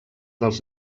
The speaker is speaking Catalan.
dels